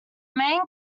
main